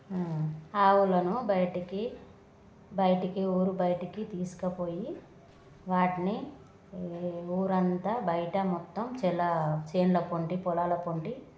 ఆవులను బయటకి బయటకి ఊరు బయటికి తీసుకుపోయి వాటిని ఊరంతా బయట మొత్తం చేల చేన్ల పొంటి పొలాల పొంటి